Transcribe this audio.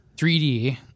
3D